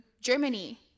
Germany